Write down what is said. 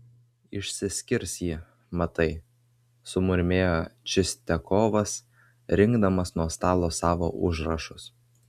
išsiskirs ji matai sumurmėjo čistiakovas rinkdamas nuo stalo savo užrašus